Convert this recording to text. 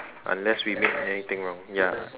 unless we make anything wrong ya